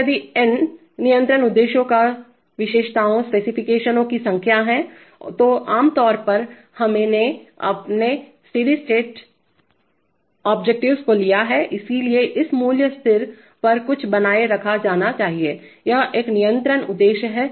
और यदि n नियंत्रण उद्देश्यों या स्पेसिफिकेशन्सविशिष्टताओं की संख्या हैतो आमतौर पर हमने अपने स्टेडी स्टेट ओब्जेक्टिवेस को लिया हैइसलिए इस मूल्य स्थिर पर कुछ बनाए रखा जाना चाहिएयह एक नियंत्रण उद्देश्य है